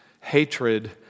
hatred